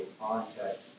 context